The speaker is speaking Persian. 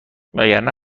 وگرنه